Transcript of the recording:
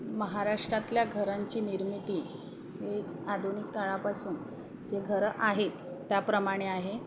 महाराष्ट्रातल्या घरांची निर्मिती हे आधुनिक काळापासून जे घरं आहेत त्याप्रमाणे आहे